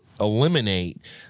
eliminate